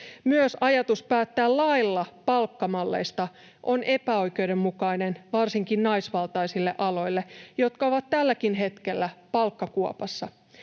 Myös ajatus päättää lailla palkkamalleista on epäoikeudenmukainen varsinkin naisvaltaisille aloille, jotka ovat tälläkin hetkellä palkkakuopassa.